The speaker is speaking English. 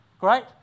Great